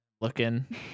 Looking